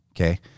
okay